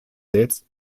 selbst